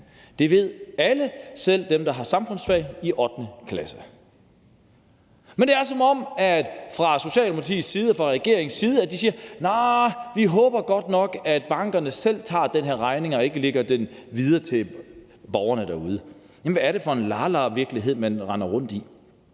Det ved alle, selv dem, der har samfundsfag i 8. klasse. Men det er, som om man fra Socialdemokratiets og regeringens side siger: Arh, vi håber godt nok, at bankerne selv tager den her regning og ikke sender den videre til borgerne derude. Hvad er det for en la la-virkelighed, man render rundt i?